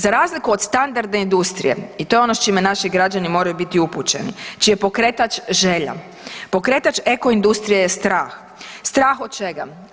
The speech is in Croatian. Za razliku od standardne industrije i to je ono s čime naši građani moraju biti upućeni, čiji je pokretač želja, pokretač eko industrije je strah, strah od čega?